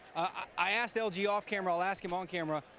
i asked l g. off camera, i'll ask him on camera,